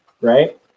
Right